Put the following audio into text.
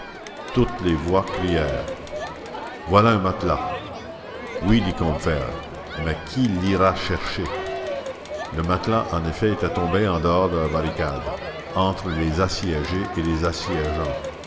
toutes les voix crièrent voilà un matelas oui dit combeferre mais qui l'ira chercher le matelas en effet était tombé en dehors de la barricade entre les assiégés et les assiégeants